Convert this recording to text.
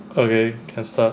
okay can start